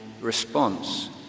response